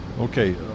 Okay